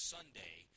Sunday